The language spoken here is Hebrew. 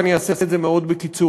ואני אעשה את זה מאוד בקיצור.